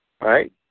Right